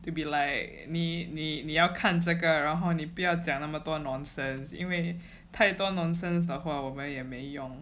it'll be like 你你你要看这个然后你不要讲那么多 nonsense 因为太多 nonsense 的话我们也没用